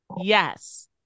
Yes